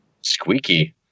Squeaky